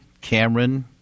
cameron